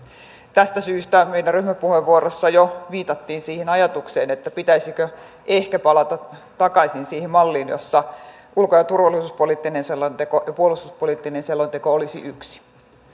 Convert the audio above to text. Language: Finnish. tästä syystä meidän ryhmäpuheenvuorossamme jo viitattiin siihen ajatukseen että pitäisikö ehkä palata takaisin siihen malliin jossa ulko ja turvallisuuspoliittinen selonteko ja puolustuspoliittinen selonteko olisivat yksi